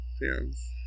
fans